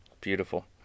Beautiful